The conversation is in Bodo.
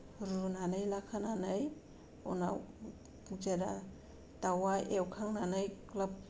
रुनानै लाखानानै उनाव जेला दाउआ एवखांनानै ग्लोब